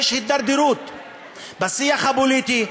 יש הידרדרות בשיח הפוליטי,